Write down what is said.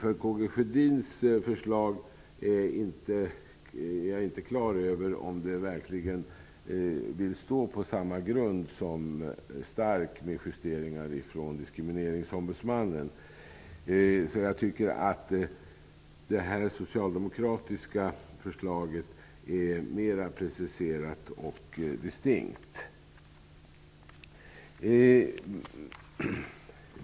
Jag är inte klar över om Karl Gustaf Sjödins förslag vill stå på samma grund som Starks utredning med justeringar från diskrimineringsombudsmannen. Jag tycker att det socialdemokratiska förslaget är mer preciserat och distinkt.